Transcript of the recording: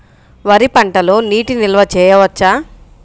వరి పంటలో నీటి నిల్వ చేయవచ్చా?